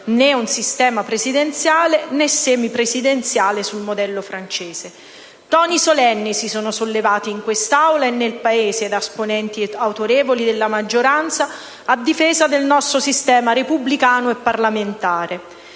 né un sistema presidenziale, né semipresidenziale sul modello francese. Toni solenni si sono sollevati in quest'Aula e nel Paese da esponenti autorevoli della maggioranza a difesa del nostro sistema repubblicano e parlamentare.